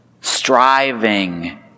striving